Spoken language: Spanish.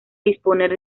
disponer